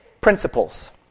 principles